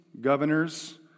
governors